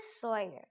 Sawyer